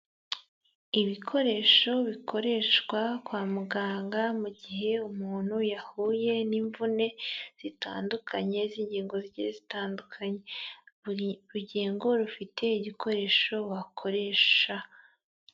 Ibikoresho bikoreshwa kwa muganga mu gihe umuntu yahuye n'imvune, zitandukanye z'ingingo zigiye zitandukanye buri rugingo rufite igikoresho wakoresha.